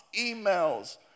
emails